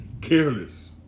Careless